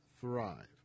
thrive